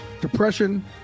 depression